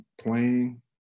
playing